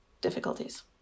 difficulties